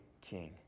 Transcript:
king